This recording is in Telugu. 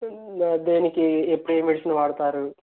దేనికి ఎప్పుడు ఏ మెడిసిన్ వాడతారు